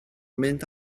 mynd